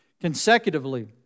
consecutively